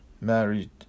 married